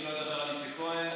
אני לא אדבר על איציק כהן.